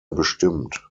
bestimmt